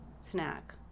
snack